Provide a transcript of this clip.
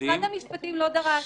משרד המשפטים לא מופיע